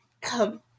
Come